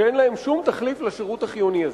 שאין להן שום תחליף לשירות החיוני הזה".